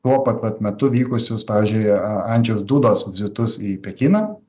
tuo pat pat metu vykusius pavyzdžiui a andžejaus dudos vizitus į pekiną